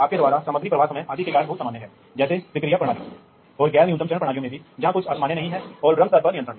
फिर सिस्टम घटकों के आसान विन्यास और अंतर क्षमता यह वास्तव में बहुत महत्वपूर्ण है